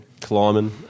climbing